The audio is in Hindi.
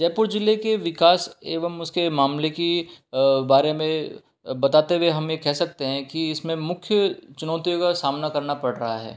जयपुर जिले के विकास एवं उसके मामले की बारे में बताते हुए हम ये कह सकते हैं कि इसमें मुख्य चुनौतियों का सामना करना पड़ रहा है